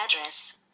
address